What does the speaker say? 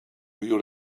you